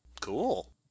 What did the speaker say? cool